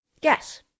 Guess